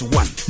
one